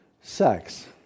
sex